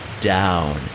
down